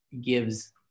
gives